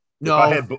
No